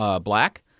Black